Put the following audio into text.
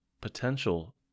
potential